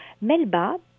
Melba